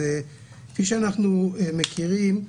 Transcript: כפי שאנחנו מכירים,